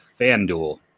FanDuel